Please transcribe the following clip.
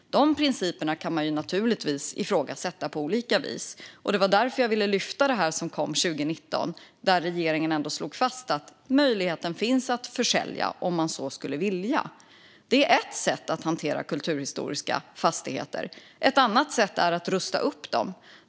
De principerna kan naturligtvis ifrågasättas, och det var därför jag lyfte fram det förslag som kom 2019 och där regeringen slog fast att möjligheten finns att sälja om man så vill. Det här är ett sätt att hantera kulturhistoriska fastigheter. Ett annat sätt är att rusta upp dem.